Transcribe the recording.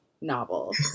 novel